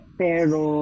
pero